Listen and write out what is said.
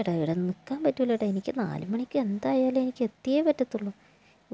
ഏട്ടാ ഇവിടെ നിൽക്കാൻ പറ്റില്ല ഏട്ടാ എനിക്ക് നാല് മണിക്ക് എന്തായാലും എനിക്ക് എത്തിയേ പറ്റത്തുള്ളൂ